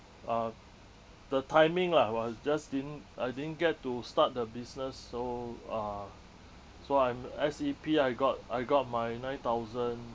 uh the timing lah while I just didn't I didn't get to start the business so uh so I'm S_E_P I got I got my nine thousand